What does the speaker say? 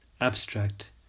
abstract